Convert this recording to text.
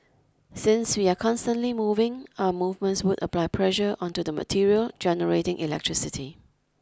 since we are constantly moving our movements would apply pressure onto the material generating electricity